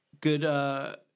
Good